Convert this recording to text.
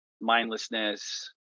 mindlessness